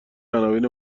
عناوین